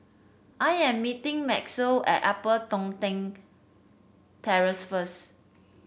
I am meeting Maxie at Upper Toh Tuck Terrace first